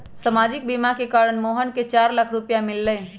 सामाजिक बीमा के कारण मोहन के चार लाख रूपए मिल लय